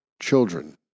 children